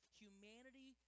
humanity